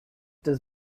does